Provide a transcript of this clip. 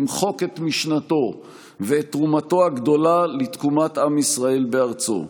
למחוק את משנתו ואת תרומתו הגדולה לתקומת עם ישראל בארצו.